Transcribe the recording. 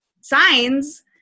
signs